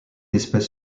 espèce